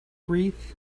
wreath